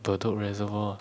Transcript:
bedok reservoir